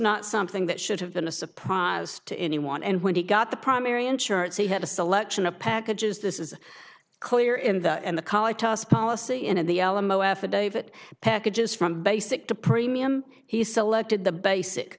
not something that should have been a surprise to anyone and when he got the primary insurance he had a selection of packages this is clear in the in the college toss policy and in the alamo affidavit packages from basic to premium he selected the basic